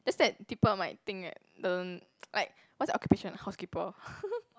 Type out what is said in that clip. just that people might think that the like what's your occupation housekeeper